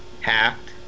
hacked